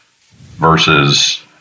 versus